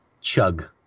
chug